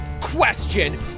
question